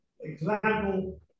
example